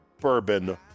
bourbon